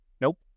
Nope